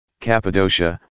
Cappadocia